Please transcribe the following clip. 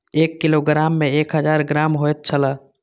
एक किलोग्राम में एक हजार ग्राम होयत छला